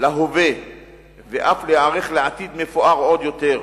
להווה ואף להיערך לעתיד מפואר עוד יותר.